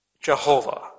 Jehovah